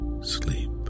sleep